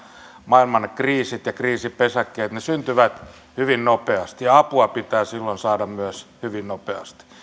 maailman kriisit ja kriisipesäkkeet syntyvät hyvin nopeasti ja apua pitää silloin myös saada hyvin nopeasti